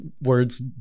Words